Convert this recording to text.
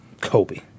Kobe